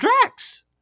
Drax